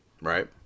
right